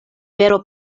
vero